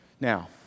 Now